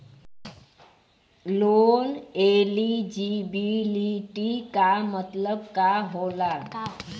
Loan eligibility का मतलब का होला?